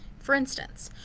for instance,